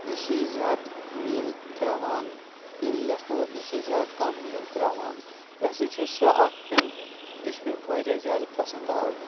نہ چھِ زیادٕ میٖل ترٛاوان ییٚلہِ لٮ۪کھو نَہ چھِ زیادٕ کَم میٖل ترٛاوان یہِ ہَسا چھُ سۄ اکھ پٮ۪ن یُس مےٚ واریاہ زیادٕ پَسنٛد آو